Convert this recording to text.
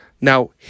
Now